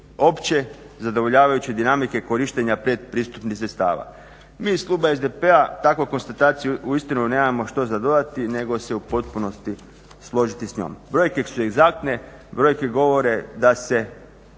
opće zadovoljavajuće dinamike korištenja predpristupnih sredstava. Mi iz kluba SDP-a na takvu konstataciju uistinu nemamo što nadodati nego se u potpunosti složiti s njom. Brojke su egzaktne, brojke govore da se